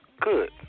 Good